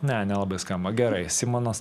ne nelabai skamba gerai simonas